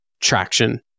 traction